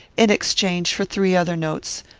in exchange for three other notes,